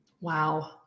Wow